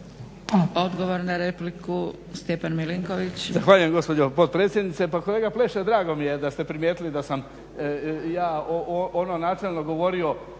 **Milinković, Stjepan (HDZ)** Zahvaljujem gospođo potpredsjednice. Pa kolega Pleše, drago mi je da ste primijetili da sam ja ono načelno govorio